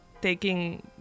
taking